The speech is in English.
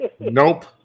Nope